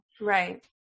Right